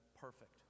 perfect